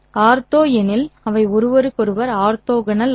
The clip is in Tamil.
ஆர்த்தோ ஏனெனில் அவை ஒருவருக்கொருவர் ஆர்த்தோகனல் ஆகும்